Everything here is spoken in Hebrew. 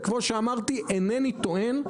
וכמו שאמרתי אינני טוען,